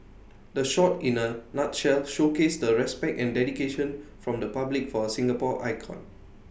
the shot in A nutshell showcased the respect and dedication from the public for A Singapore icon